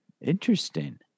Interesting